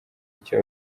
icyo